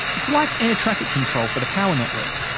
it's like air traffic control for the power network.